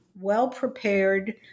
well-prepared